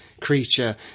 creature